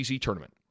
tournament